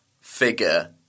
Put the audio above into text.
figure